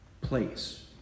place